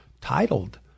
titled